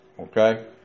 Okay